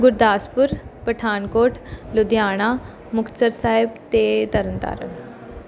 ਗੁਰਦਾਸਪੁਰ ਪਠਾਨਕੋਟ ਲੁਧਿਆਣਾ ਮੁਕਤਸਰ ਸਾਹਿਬ ਅਤੇ ਤਰਨ ਤਾਰਨ